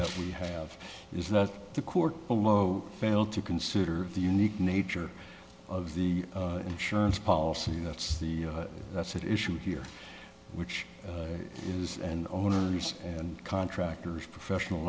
that we have is that the court below failed to consider the unique nature of the insurance policy that's the that's at issue here which is and owners and contractors professional